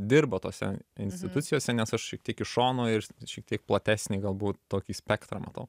dirba tose institucijose nes aš šiek tiek iš šono ir šiek tiek platesnį galbūt tokį spektrą matau